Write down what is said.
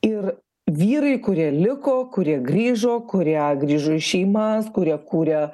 ir vyrai kurie liko kurie grįžo kurie grįžo į šeimas kurie kūrė